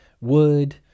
wood